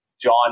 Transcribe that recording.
John